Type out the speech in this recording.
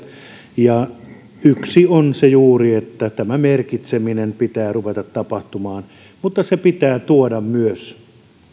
ja yksi on juuri se että merkitsemisen pitää ruveta tapahtumaan mutta se pitää tuoda myös